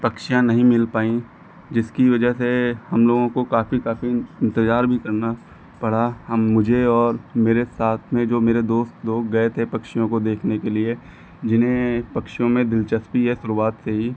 पक्षियाँ नहीं मिल पाई जिसकी वजह से हम लोगों को काफी काफी इंतज़ार भी करना पड़ा हम मुझे और मेरे साथ में जो मेरे दोस्त लोग गए थे पक्षियों को देखने के लिए जिन्हें पक्षियों में दिलचस्पी है शुरुआत से ही